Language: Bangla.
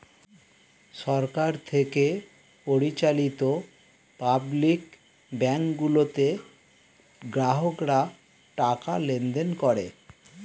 সরকার থেকে পরিচালিত পাবলিক ব্যাংক গুলোতে গ্রাহকরা টাকা লেনদেন করে